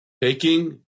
Taking